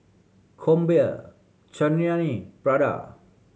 Krombacher Chanira Prada